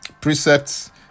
precepts